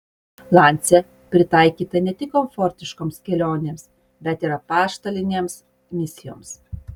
lancia pritaikyta ne tik komfortiškoms kelionėms bet ir apaštalinėms misijoms